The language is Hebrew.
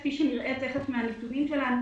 כפי שנראה תיכף מהנתונים שלנו,